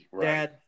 Dad